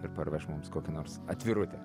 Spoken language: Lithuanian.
ir parveš mums kokią nors atvirutę